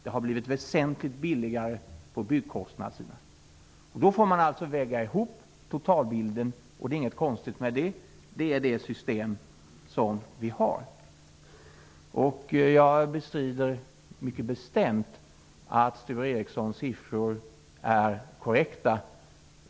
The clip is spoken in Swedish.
Det har blivit väsentligt billigare på byggsidan. Då får man alltså väga ihop allt och se på totalbilden. Det är inget konstigt med det, det är det system som vi har. Jag bestrider mycket bestämt att Sture Ericsons siffror är korrekta.